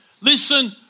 Listen